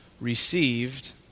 received